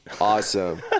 awesome